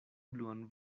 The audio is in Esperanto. bluan